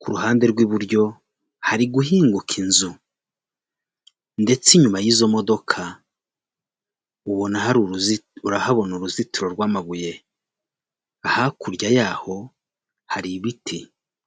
kuruhande rw'iburyo hari guhinguka inzu ndetse Inyuma y'izo modoka ubona hari uruziti urahabona uruzitiro rwamabuye hakurya yaho hari ibiti.